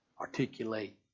articulate